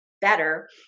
better